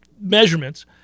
measurements